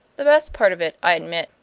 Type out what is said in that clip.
the best part of it, i admit,